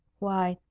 why,